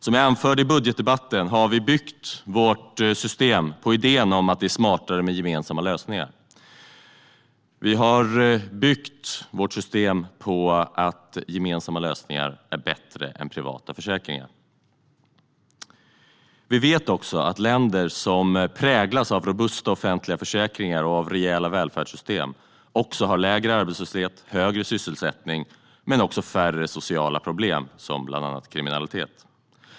Som jag anförde i budgetdebatten har vi byggt vårt system på idén om att det är smartare med gemensamma lösningar. Vi har byggt vårt system på att gemensamma lösningar är bättre än privata försäkringar. Vi vet också att länder som präglas av robusta offentliga försäkringar och av rejäla välfärdssystem har lägre arbetslöshet och högre sysselsättning men också färre sociala problem, bland annat kriminalitet.